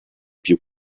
più